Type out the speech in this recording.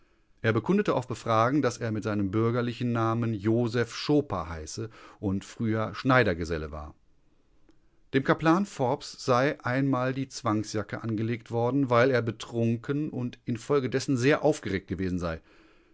er bekundete auf befragen daß er mit seinem bürgerlichen namen joseph schoper heiße und früher schneidergeselle war dem kaplan forbes sei einmal die zwangsjacke angelegt worden weil er betrunken und infolgedessen sehr aufgeregt gewesen sei